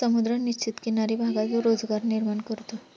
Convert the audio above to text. समुद्र निश्चित किनारी भागात रोजगार निर्माण करतो